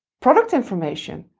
product information,